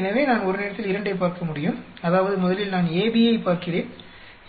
எனவே நான் ஒரு நேரத்தில் இரண்டைப் பார்க்க முடியும் அதாவது முதலில் நான் AB ஐப் பார்க்கிறேன்